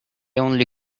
only